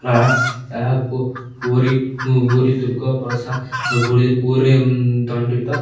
ଏହା ଏହା ପୁରୀ ପୁରୀ ଦୁର୍ଗ ପ୍ରସା ପୁରୀ ଦଣ୍ଡିତ